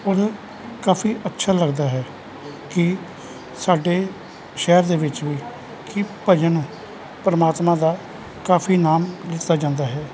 ਔਰ ਕਾਫੀ ਅੱਛਾ ਲੱਗਦਾ ਹੈ ਕਿ ਸਾਡੇ ਸ਼ਹਿਰ ਦੇ ਵਿੱਚ ਵੀ ਕਿ ਭਜਨ ਪਰਮਾਤਮਾ ਦਾ ਕਾਫੀ ਨਾਮ ਲਿੱਤਾ ਜਾਂਦਾ ਹੈ